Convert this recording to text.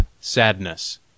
sadness